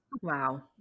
Wow